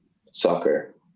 soccer